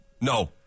No